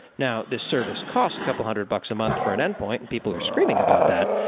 now, this service costs a couple hundred bucks a month for an endpoint, and people are screaming about that,